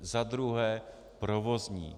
Za druhé provozní.